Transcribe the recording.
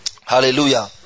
Hallelujah